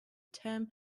term